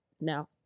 no